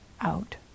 out